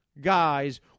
guys